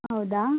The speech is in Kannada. ಹೌದಾ